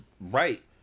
right